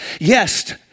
Yes